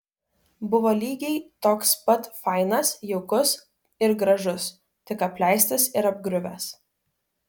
buvo lygiai toks pat fainas jaukus ir gražus tik apleistas ir apgriuvęs